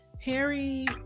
Harry